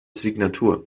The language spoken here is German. signatur